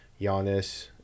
Giannis